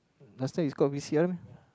last time is called v_c_r